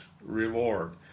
reward